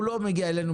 הוא לא מגיע אלינו,